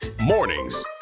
Mornings